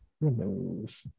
remove